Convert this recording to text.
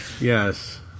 Yes